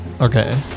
Okay